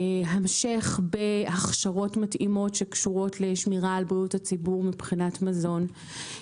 המשך בהכשרות מתאימות שקשורות לשמירה על בריאות הציבור מבחינת מזון,